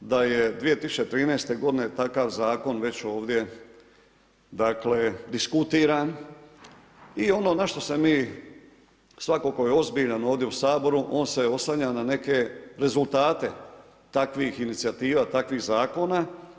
Da je 2013.g. takav zakon već ovdje diskutiran i ono na što se mi, svatko tko je ozbiljan ovdje u Saboru, on se oslanja na neke rezultati, takvih inicijativa, takvih zakona.